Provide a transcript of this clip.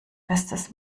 bestes